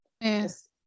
Yes